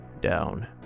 Down